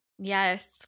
Yes